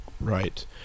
Right